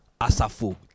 Asafo